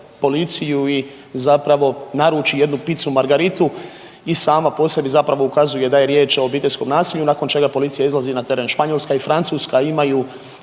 policiju i zapravo naruči jednu pizzu margaritu i sama po sebi ukazuje da je riječ o obiteljskom nasilju nakon čega policija izlazi na teren. Španjolska i Francuska imaju